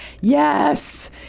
Yes